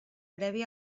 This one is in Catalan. previ